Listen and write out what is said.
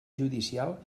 judicial